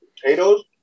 potatoes